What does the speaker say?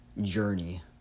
journey